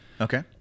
Okay